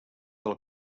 del